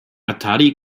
atari